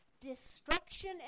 Destruction